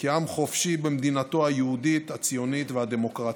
כעם חופשי במדינתו היהודית, הציונית והדמוקרטית.